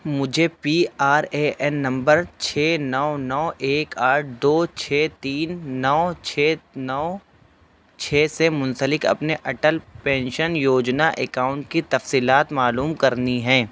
مجھے P R A N number چھ نو نو ایک آٹھ دو چھ تین نو چھ نو چھ سے منسلک اپنے اٹل پینشن یوجنا اکاؤنٹ کی تفصیلات معلوم کرنی ہیں